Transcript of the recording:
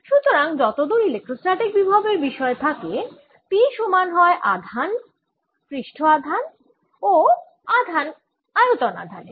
সুতরাং যতদূর ইলেক্ট্রোস্ট্যাটিক বিভবের বিষয় থাকে P সমান হয় আবদ্ধ পৃষ্ঠ আধান ও আয়তন আধানের